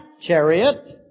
chariot